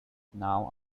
now